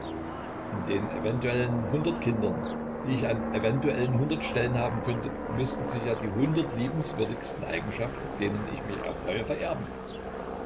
in den eventuellen hundert kindern die ich an den eventuellen hundert stellen haben könnte müßten sich ja die hundert liebenswürdigen eigenschaften deren ich mich erfreue vererben